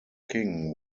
king